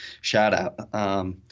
shout-out